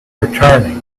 returning